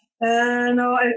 no